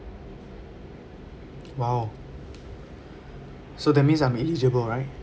!wow! so that means I'm eligible right